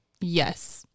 yes